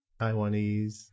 Taiwanese